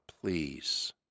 please